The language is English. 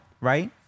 right